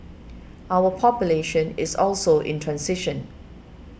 our population is also in transition